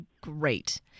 Great